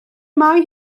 mae